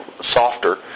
softer